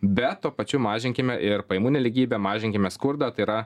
bet tuo pačiu mažinkime ir pajamų nelygybę mažinkime skurdą tai yra